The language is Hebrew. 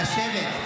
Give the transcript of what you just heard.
לשבת.